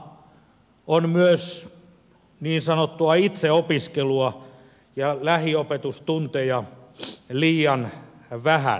myös niin sanottua itseopiskelua on liikaa ja lähiopetustunteja liian vähän